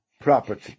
property